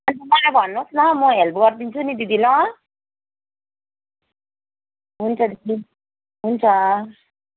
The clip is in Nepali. अन्त मलाई भन्नुहोस् न म हेल्प गरिदिन्छु नि दिदी ल हुन्छ दिदी हुन्छ